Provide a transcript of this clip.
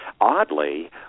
Oddly